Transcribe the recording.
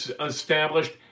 established